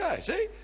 See